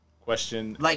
Question